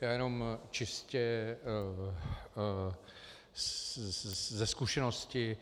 Já jenom čistě ze zkušenosti.